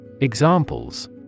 Examples